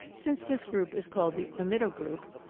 since this group is called the amido-group,